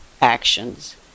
actions